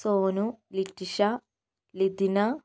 Sonu Litisha Lithina